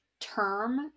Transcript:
term